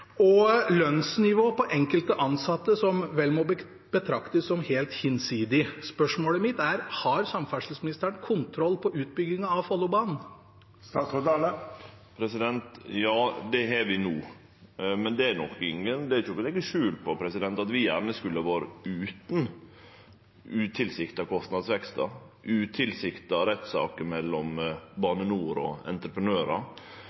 og lønnsnivå for enkelte ansatte som vel må betraktes som helt hinsides. Spørsmålet mitt er: Har samferdselsministeren kontroll på utbyggingen av Follobanen? Ja, det har vi no. Men det er ikkje til å leggje skjul på at vi gjerne skulle ha vore utan utilsikta kostnadsvekst, utilsikta rettssaker mellom